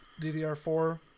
DDR4